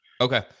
okay